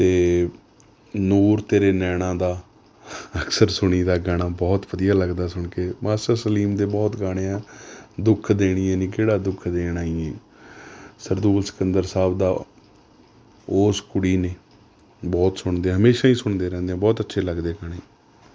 ਅਤੇ ਨੂਰ ਤੇਰੇ ਨੈਣਾਂ ਦਾ ਅਕਸਰ ਸੁਣੀ ਦਾ ਗਾਣਾ ਬਹੁਤ ਵਧੀਆ ਲੱਗਦਾ ਸੁਣਕੇ ਮਾਸਟਰ ਸਲੀਮ ਦੇ ਬਹੁਤ ਗਾਣੇ ਹੈ ਦੁੱਖ ਦੇਣੀਏ ਨੀ ਕਿਹੜਾ ਦੁੱਖ ਦੇਣ ਆਈ ਏ ਸਰਦੂਲ ਸਿਕੰਦਰ ਸਾਬ੍ਹ ਦਾ ਓਸ ਕੁੜੀ ਨੇ ਬਹੁਤ ਸੁਣਦੇ ਹੈ ਹਮੇਸ਼ਾ ਹੀ ਸੁਣਦੇ ਰਹਿੰਦੇ ਹੈ ਬਹੁਤ ਅੱਛੇ ਲੱਗਦੇ ਐ ਗਾਣੇ